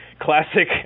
classic